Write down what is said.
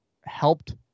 helped